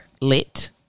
lit